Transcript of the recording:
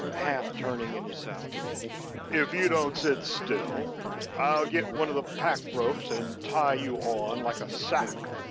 half turning in his saddle if you don't sit still i'll get one of the pack ropes and tie you on, like a sack.